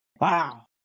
wow